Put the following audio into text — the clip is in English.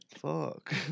Fuck